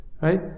Right